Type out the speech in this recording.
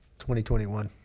twenty twenty one.